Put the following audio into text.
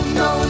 no